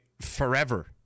forever